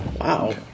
Wow